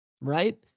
right